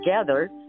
together